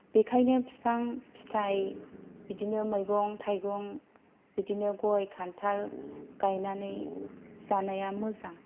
बेखायनो बिफां फिथाय बिदिनो मैगं थाइगं बिदिनो गय खान्थाल गायनानै जानाया मोजां